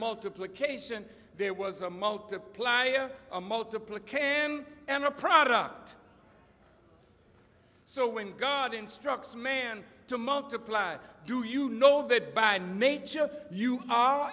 multiplication there was a multiply a multiple a can and a product so when god instructs man to multiply do you know that by nature you are